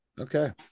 Okay